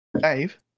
Dave